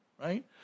right